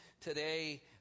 today